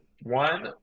one